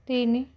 ତିନି